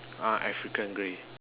ah African grey